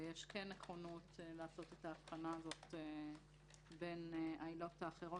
ויש נכונות לעשות את ההבחנה הזאת בין העילות האחרות